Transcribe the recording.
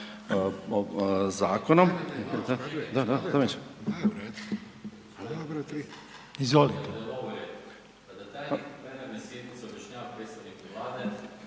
zakonom